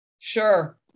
Sure